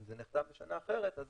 אם זה נחתם בשנה אחרת אז